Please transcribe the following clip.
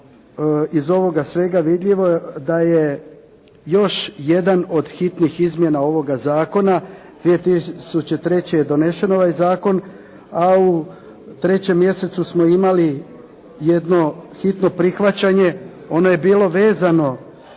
iz ovog svega vidljivo da je još jedan od hitnih izmjena ovoga zakona. 2003. je donesen ovaj zakon, a u 3. mjesecu smo imali jedno hitno prihvaćenje. Ono je bilo vezano